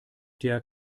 der